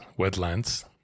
wetlands